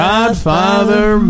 Godfather